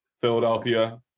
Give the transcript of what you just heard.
Philadelphia